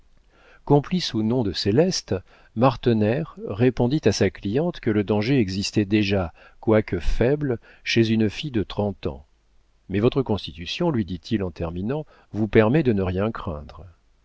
complice ou non de céleste martener répondit à sa cliente que le danger existait déjà quoique faible chez une fille de trente ans mais votre constitution lui dit-il en terminant vous permet de ne rien craindre